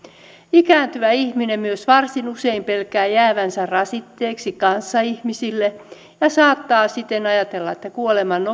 ikääntyvä ihminen myös varsin usein pelkää jäävänsä rasitteeksi kanssaihmisille ja saattaa siten ajatella että kuoleman